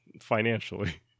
financially